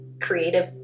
creative